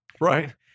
Right